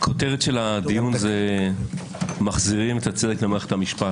הכותרת של הדיון היא "מחזירים את הצדק למערכת המשפט".